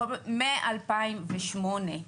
מ-2008.